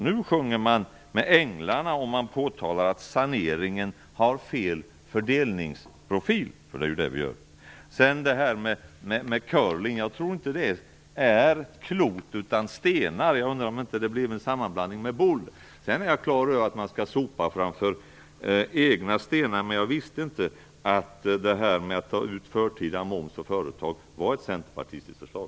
Nu sjunger man med änglarna om man påtalar att saneringen har en felaktig fördelningsprofil - det är ju det vi gör. Sedan till detta med curling: Jag tror inte att det är klot utan stenar och undrar om det inte blev en sammanblandning med boule. Jag är klar över att man skall sopa framför egna stenar. Däremot visste jag inte att det här med att ta ut förtida moms av företagen var ett centerpartistiskt förslag.